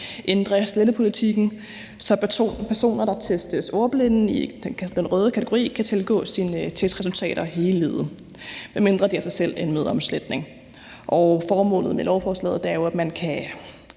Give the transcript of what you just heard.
ændrer slettepolitikken, så personer, der testes som ordblinde i den røde kategori, kan tilgå deres testresultater hele livet, medmindre de altså selv anmoder om sletning. Formålet med lovforslaget er jo, at man,